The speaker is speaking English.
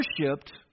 worshipped